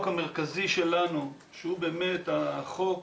החוק המרכזי שלנו שהוא באמת החוק